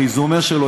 ברזומה שלו,